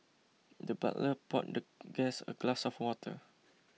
the butler poured the guest a glass of water